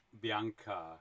Bianca